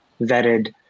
vetted